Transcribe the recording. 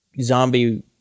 zombie